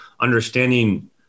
understanding